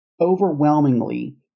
Overwhelmingly